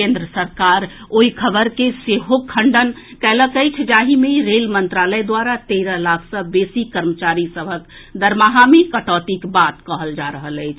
केन्द्र सरकार ओहेन खबरि के सेहो खंडन कएलक अछि जाहि मे रेल मंत्रालय द्वारा तेरह लाख सॅ बेसी कर्मचारी सभक दरमाहा मे कटौतीक बात कहल जा रहल अछि